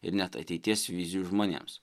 ir net ateities vizijų žmonėms